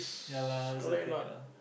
ya lah that's the thing ah